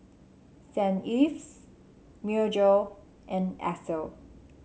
Saint Ives Myojo and Esso